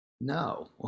No